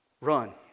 Run